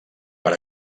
per